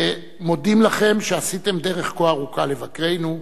ומודים לכם על שעשיתם דרך כה ארוכה לבקרנו.